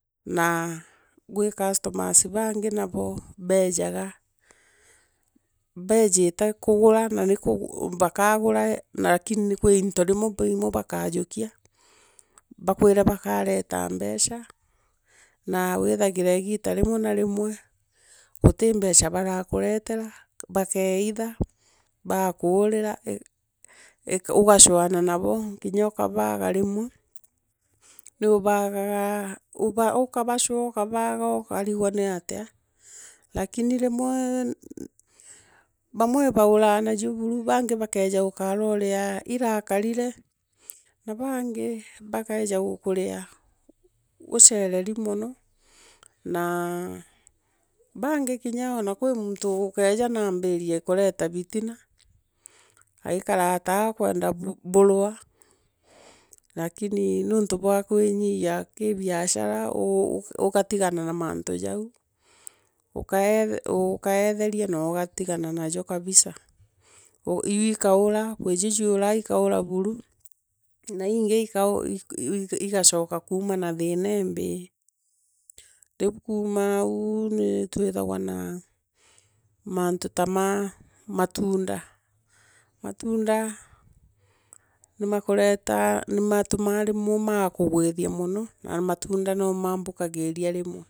Na gwi customer bangi nabo beejaga kugura na bakagura lakini kwi into bimwe bakajukia bakwire bakwire bakareta. Mbeca na wiithagire igita rimwe guti mbeca kuretera, bakeeitha, baakuurira, ugachoana nabo nginya rimwe ukabaaya rimwe, nuubagaga ukabachoa ukabaaga ukarigwa natea, lakini rimwe, bamwe nibauraa najio buru bangi bakeeja ukarorea ikarorea irakarire na bangi bakeja gukurea uchereri mono naa bangi ona kwi muntu ukeeja na waambirie kuveta bitina aikavaa ta akwenda burwaa rakmi nontu bwa kuinyiia kii biashara ugatigana na maritu jau ukaeetheria noogatigana najo kabisa iuu ikaura, kwi cio ciuraga ikaura buru, na iingi igachoka kuma na thiina iimbii riu kumau ni twithagwa na mantu ta ma matunda. Matunda nimakureta nimatumaa rimwe makugwitwa mono na matunda no mambukagirio rimwe.